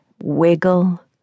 wiggle